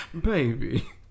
Baby